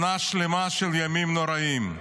שנה שלמה של ימים נוראים.